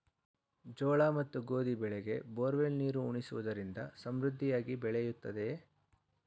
ಜೋಳ ಮತ್ತು ಗೋಧಿ ಬೆಳೆಗೆ ಬೋರ್ವೆಲ್ ನೀರು ಉಣಿಸುವುದರಿಂದ ಸಮೃದ್ಧಿಯಾಗಿ ಬೆಳೆಯುತ್ತದೆಯೇ?